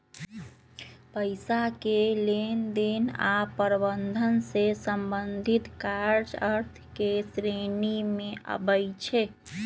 पइसा के लेनदेन आऽ प्रबंधन से संबंधित काज अर्थ के श्रेणी में आबइ छै